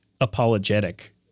apologetic